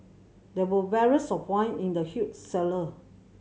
there were barrels of wine in the huge cellar